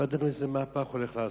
לא ידענו איזה מהפך הוא הולך לעשות.